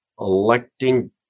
electing